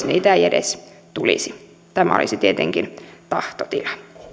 niitä ei edes tulisi tämä olisi tietenkin tahtotila